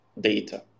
data